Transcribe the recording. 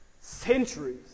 centuries